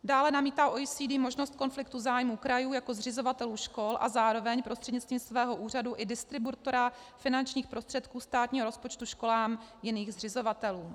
Dále namítá OECD možnost konfliktu zájmu krajů jako zřizovatelů škol a zároveň prostřednictvím svého úřadu i distributora finančních prostředků státního rozpočtu školám jiných zřizovatelů.